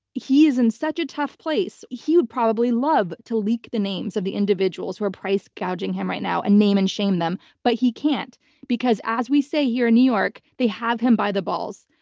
he is in such a tough place. he would probably love to leak the names of the individuals who are price gouging him right now and name and shame them. but he can't because as we say here in new york, they have him by the balls.